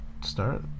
start